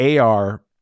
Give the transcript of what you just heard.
AR